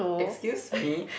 excuse me